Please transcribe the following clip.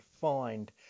find